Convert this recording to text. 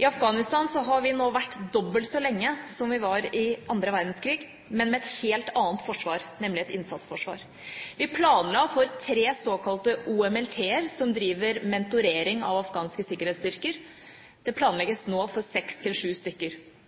I Afghanistan har vi nå vært dobbelt så lenge som vi var i andre verdenskrig, men med et helt annet forsvar, nemlig et innsatsforsvar. Vi planla for tre såkalte OMLT-er, som driver mentorering av afghanske sikkerhetsstyrker. Det planlegges nå for